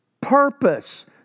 purpose